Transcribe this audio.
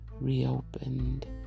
reopened